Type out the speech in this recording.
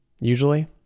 Usually